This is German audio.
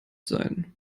sein